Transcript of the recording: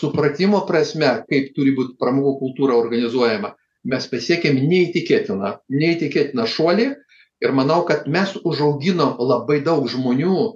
supratimo prasme kaip turi būt pramogų kultūra organizuojama mes pasiekėm neįtikėtiną neįtikėtiną šuolį ir manau kad mes užauginom labai daug žmonių